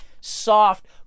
soft